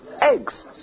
Eggs